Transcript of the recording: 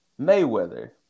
Mayweather